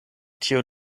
tio